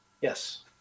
Yes